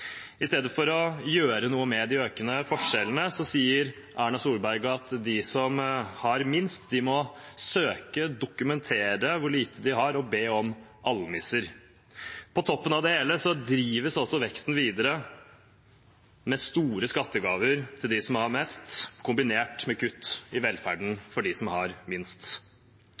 I stedet for å gjøre noe med de økende forskjellene, sier Erna Solberg at de som har minst, må søke, dokumentere hvor lite de har, og be om almisser. På toppen av det hele drives veksten videre med store skattegaver til dem som har mest, kombinert med kutt i velferden for dem som har minst.